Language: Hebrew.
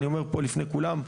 אומר פה לפני כולם,